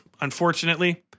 Unfortunately